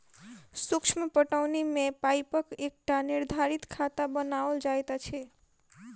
सूक्ष्म पटौनी मे पाइपक एकटा निर्धारित खाका बनाओल जाइत छै